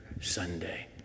Sunday